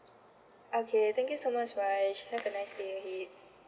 okay thank you so much vaij have a nice day ahead